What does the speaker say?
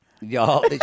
Y'all